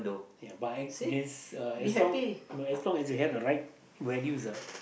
ya but I this uh as long as long they have the right values ah